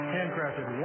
Handcrafted